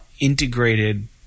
integrated